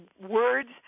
words